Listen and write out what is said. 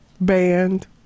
band